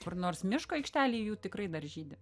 kur nors miško aikštelėj jų tikrai dar žydi